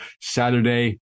Saturday